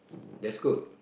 that's good